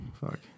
Fuck